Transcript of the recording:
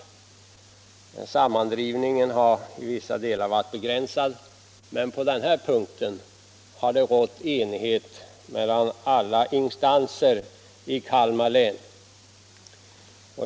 Sammandrivningen har i vissa delar varit begränsad, men på den här punkten har det rått enighet mellan alla instanser i Kalmar län.